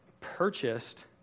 purchased